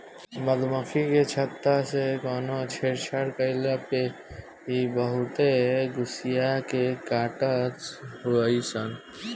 मधुमक्खी के छत्ता से कवनो छेड़छाड़ कईला पे इ बहुते गुस्सिया के काटत हई सन